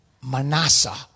Manasseh